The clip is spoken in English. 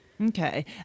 Okay